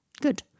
Good